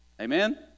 Amen